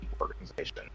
organization